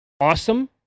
awesome